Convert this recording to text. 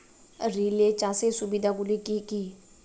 Relay চাষের সুবিধা গুলি কি কি?